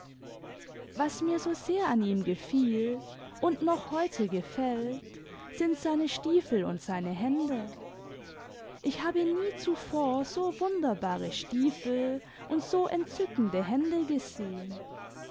was mir so sehr an ihm gefiel md noch heute gefällt sind seine stiefel und seine hände ich habe nie zuvor so wunderbare stiefel und so entzückende hände gesehen